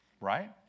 right